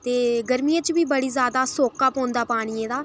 ते गर्मियें च बी बड़ी ज्यादा सोका पौंदा पानियै दा